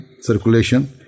circulation